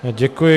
Děkuji.